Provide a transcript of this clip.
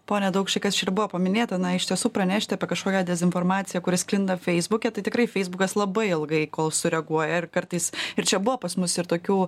pone daukšy kas čia ir buvo paminėta na iš tiesų pranešti apie kažkokią dezinformaciją kuri sklinda feisbuke tai tikrai feisbukas labai ilgai kol sureaguoja ir kartais ir čia buvo pas mus ir tokių